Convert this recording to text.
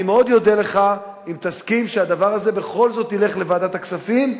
אני מאוד אודה לך אם תסכים שהדבר הזה בכל זאת ילך לוועדת הכספים,